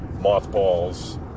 mothballs